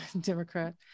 Democrat